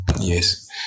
Yes